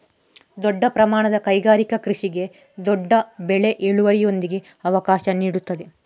ದೊಡ್ಡ ಪ್ರಮಾಣದ ಕೈಗಾರಿಕಾ ಕೃಷಿಗೆ ದೊಡ್ಡ ಬೆಳೆ ಇಳುವರಿಯೊಂದಿಗೆ ಅವಕಾಶ ನೀಡುತ್ತದೆ